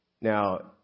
Now